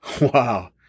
Wow